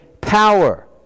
power